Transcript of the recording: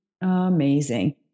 Amazing